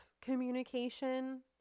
communication